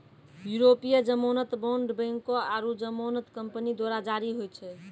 यूरोपीय जमानत बांड बैंको आरु जमानत कंपनी द्वारा जारी होय छै